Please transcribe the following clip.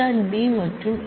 B மற்றும் s